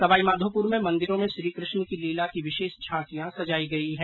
सवाईमाघोपुर में मन्दिरों में श्रीकृष्ण की लीला की विशेष झांकिया सजाई गई है